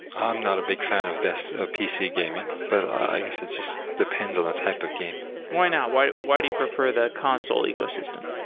i'm not a big fan of ah pc gaming, but i guess it just depends on the type of game why now? why why do you prefer the console ecosystem?